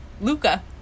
Luca